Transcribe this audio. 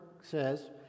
says